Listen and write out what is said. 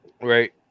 Right